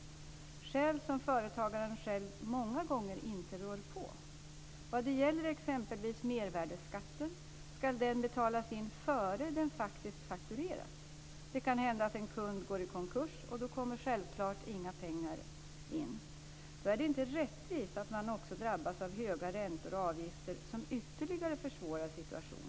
Det är ofta skäl som företagaren inte rår på. T.ex. mervärdesskatten skall betalas in före den faktiskt har fakturerats. Det kan hända att en kund går i konkurs, och då kommer självklart inga pengar in. Då är det inte rättvist att också drabbas av höga räntor och avgifter som ytterligare försvårar situationen.